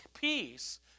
peace